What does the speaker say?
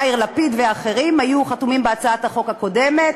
יאיר לפיד ואחרים היו חתומים על הצעת החוק הקודמת.